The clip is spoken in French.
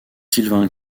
sylvain